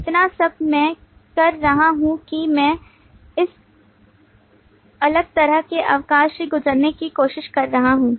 इतना सब मैं कर रहा हूं कि मैं इस अलग तरह के अवकाश से गुजरने की कोशिश कर रहा हूं